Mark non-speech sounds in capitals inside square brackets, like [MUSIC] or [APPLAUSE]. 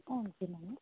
[UNINTELLIGIBLE]